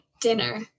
dinner